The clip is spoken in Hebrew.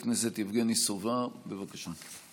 חבר הכנסת יבגני סובה, בבקשה.